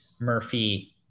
Murphy